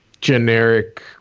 generic